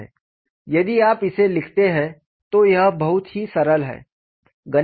यदि आप इसे लिखते हैं तो यह बहुत ही सरल है